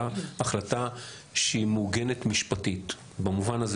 הייתה החלטה שהיא מעוגנת משפטית במובן הזה